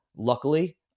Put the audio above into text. Luckily